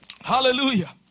Hallelujah